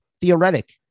Theoretic